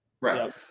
Right